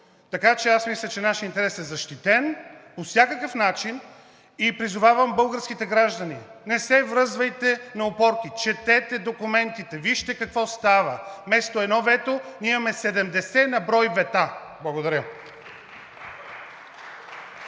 Така че аз мисля, че нашият интерес е защитен по всякакъв начин. Призовавам българските граждани: не се връзвайте на опорки, четете документите, вижте какво става – вместо едно вето, ние имаме 70 на брой вета! Благодаря.